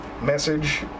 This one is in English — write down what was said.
message